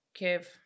Kev